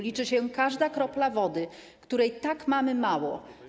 Liczy się każda kropla wody, której tak mamy mało.